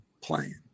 playing